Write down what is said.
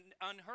unheard